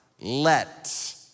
let